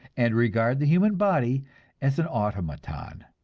and regard the human body as an automaton.